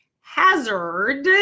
hazard